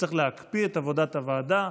שצריך להקפיא את עבודת הוועדה,